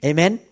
Amen